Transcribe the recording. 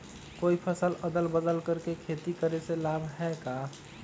कोई फसल अदल बदल कर के खेती करे से लाभ है का?